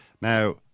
Now